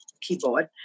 keyboard